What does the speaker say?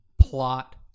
plot